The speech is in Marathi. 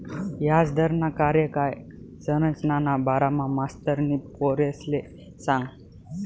याजदरना कार्यकाय संरचनाना बारामा मास्तरनी पोरेसले सांगं